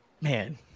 man